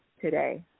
today